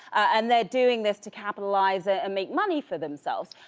and they're doing this to capitalize it and make money for themselves.